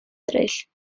eraill